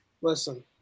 Listen